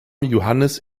johannes